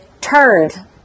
turned